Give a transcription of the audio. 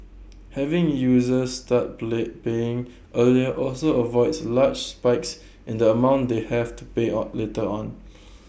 having users start play paying earlier also avoids large spikes in the amount they have to pay on later on